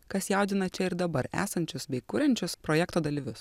kas jaudina čia ir dabar esančius bei kuriančius projekto dalyvius